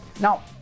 Now